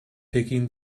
picking